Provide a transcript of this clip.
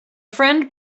friend